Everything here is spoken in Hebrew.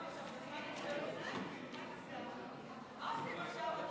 עכשיו, אדוני היושב-ראש?